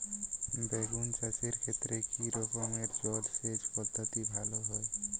বেগুন চাষের ক্ষেত্রে কি রকমের জলসেচ পদ্ধতি ভালো হয়?